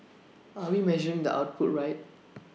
are we measuring the output right